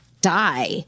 die